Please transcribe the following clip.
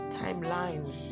timeline